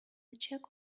check